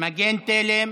מגן תלם,